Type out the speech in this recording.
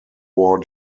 war